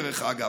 דרך אגב.